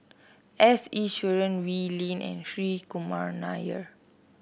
S Iswaran Wee Lin and Hri Kumar Nair